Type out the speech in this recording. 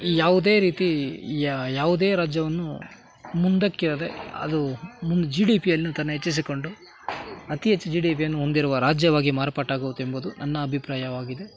ಯಾವುದೇ ರೀತಿ ಯಾವುದೇ ರಾಜ್ಯವನ್ನು ಮುಂದಕ್ಕೆ ಅದೇ ಅದು ಮುಂದೆ ಜಿ ಡಿ ಪಿಯನ್ನು ತನ್ನ ಹೆಚ್ಚಿಸಿಕೊಂಡು ಅತಿ ಹೆಚ್ಚು ಡಿ ಪಿಯನ್ನು ಹೊಂದಿರುವ ರಾಜ್ಯವಾಗಿ ಮಾರ್ಪಾಟಾಗುತ್ತೆ ಎಂಬುದು ನನ್ನ ಅಭಿಪ್ರಾಯವಾಗಿದೆ